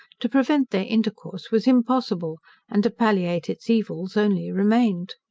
to prevent their intercourse was impossible and to palliate its evils only remained.